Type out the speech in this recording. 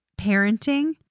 parenting